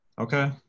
okay